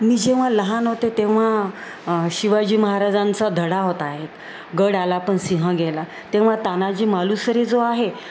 मी जेव्हा लहान होते तेव्हा शिवाजी महाराजांचा धडा होता आहेत गड आला पण सिंह गेला तेव्हा तानाजी मालुसरे जो आहे